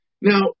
Now